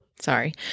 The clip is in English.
sorry